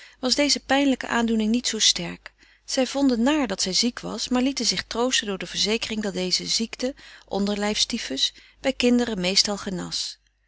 was deze pijnlijke aandoening niet zoo sterk zij vonden naar dat zij ziek was maar lieten zich troosten door de verzekering dat deze ziekte onderlijfs typhus bij kinderen meestal genas